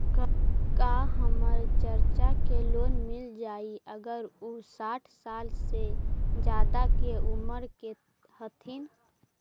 का हमर चाचा के लोन मिल जाई अगर उ साठ साल से ज्यादा के उमर के हथी?